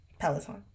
Peloton